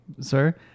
sir